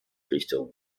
richtung